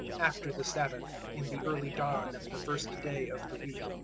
after the sabbath, in the early dawn of the first day of the week,